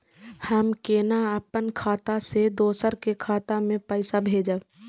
हम केना अपन खाता से दोसर के खाता में पैसा भेजब?